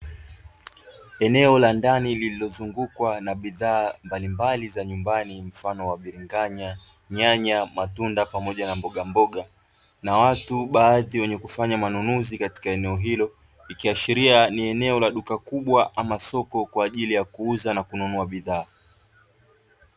Eneo la ndani lililozungukwa na bidhaa mbalimbali za nyumbani, mfano wa biringanya, nyanya, matunda, pamoja na mbogamboga, na watu baadhi wenye kufanya manunuzi katika eneno hilo. Ikiashiria ni eneo la duka kubwa ama soko kwa ajili ya kuuza na kununulia bidhaa.